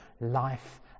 life